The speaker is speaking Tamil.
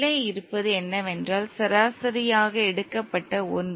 உள்ளே இருப்பது என்னவென்றால் சராசரியாக எடுக்கப்பட்ட ஒன்று